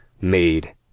Made